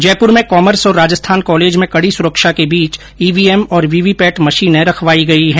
जयपुर में कॉमर्स और राजस्थान कॉलेज में कड़ी सुरक्षा के बीच ईवीएम और वीवीपैट मशीने रखवाई गई है